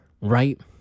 right